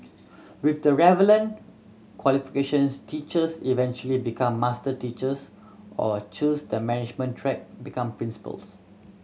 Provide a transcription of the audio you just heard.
with the relevant qualifications teachers eventually become master teachers or choose the management track become principals